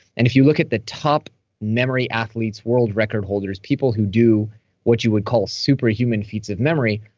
and if you look at the top memory athletes, world record holders, people who do what you would call superhuman feats of memory,